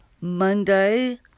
Monday